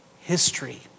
history